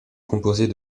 composait